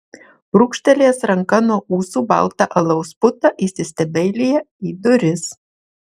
brūkštelėjęs ranka nuo ūsų baltą alaus putą įsistebeilija į duris